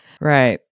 Right